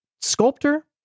sculptor